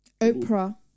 oprah